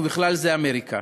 ובכלל זה באמריקה.